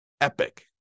epic